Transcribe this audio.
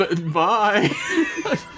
Bye